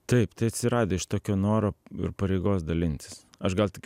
taip tai atsiradę iš tokio noro ir pareigos dalintis aš gal tik